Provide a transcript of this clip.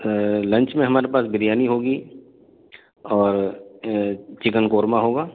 lunch میں ہمارے پاس بریانی ہوگی اور چکن قورمہ ہوگا